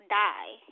die